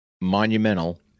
monumental